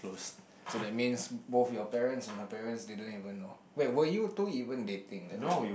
so that means both your parents and her parents didn't even know wait were you two even dating that's the thing